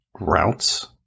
Routes